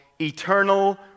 eternal